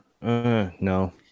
no